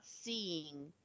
seeing